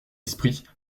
esprit